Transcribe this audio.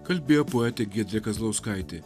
kalbėjo poetė giedrė kazlauskaitė